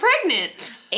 pregnant